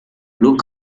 look